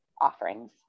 offerings